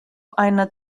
einer